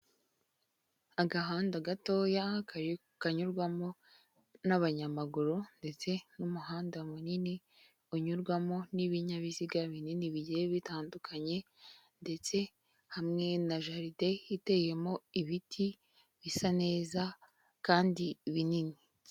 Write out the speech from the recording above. Agahanda gatoya kayu kanyurwamo n'abanyamaguru ndetse n'umuhanda munini unyurwamo n'ibinyabiziga binini bigenda bitandukanye, ndetse hamwe na jaride iteyemo ibiti bisa neza kandi binini.